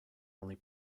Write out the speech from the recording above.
only